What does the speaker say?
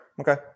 okay